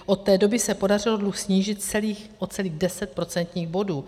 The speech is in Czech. Od té doby se podařilo dluh snížit o celých 10 procentních bodů.